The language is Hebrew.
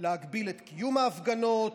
להגביל את קיום ההפגנות,